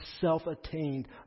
self-attained